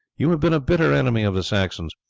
you have been a bitter enemy of the saxons,